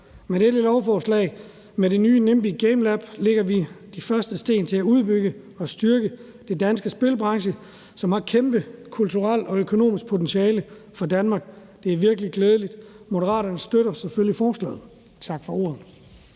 Med dette lovforslag og med det nye Nimbi Gamelab lægger vi de første sten til at udbygge og styrke den danske spilbranche, som har kæmpe kulturelt og økonomisk potentiale for Danmark. Det er virkelig glædeligt, og Moderaterne støtter selvfølgelig forslaget. Tak for ordet.